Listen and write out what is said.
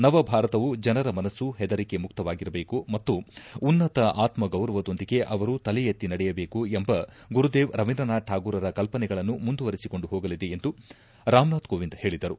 ನವ ಭಾರತವು ಜನರ ಮನಸ್ನು ಹೆದರಿಕೆ ಮುಕ್ತವಾಗಿರಬೇಕು ಮತ್ತು ಉನ್ನತ ಆತ್ತಗೌರವದೊಂದಿದೆ ಅವರು ತಲೆ ಎತ್ತಿ ನಡೆಯಬೇಕು ಎಂಬ ಗುರುದೇವ್ ರವೀಂದ್ರನಾಥ ಠಾಗೋರರ ಕಲ್ಪನೆಗಳನ್ನು ಮುಂದುವರಿಸಿಕೊಂಡು ಹೋಗಲಿದೆ ಎಂದು ರಾಮನಾಥ ಕೋವಿಂದ್ ಹೇಳಿದರು